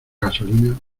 gasolina